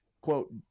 quote